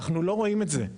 אנחנו לא רואים את זה.